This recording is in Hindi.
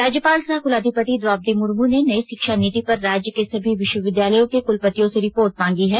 राज्यपाल सह कुलाधिपति द्रोपदी मुर्मू ने नई शिक्षा नीति पर राज्य के सभी विश्वविद्यालयों के कुलपतियों से रिपोर्ट मांगी है